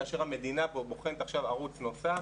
כאשר המדינה בוחנת עכשיו ערוץ נוסף,